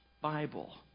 Bible